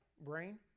brain